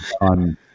on